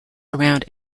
around